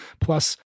Plus